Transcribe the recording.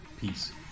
Peace